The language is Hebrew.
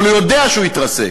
אבל הוא יודע שהוא יתרסק.